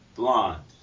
Blonde